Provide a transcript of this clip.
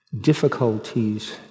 difficulties